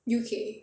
U_K